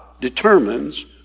determines